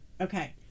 Okay